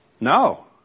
No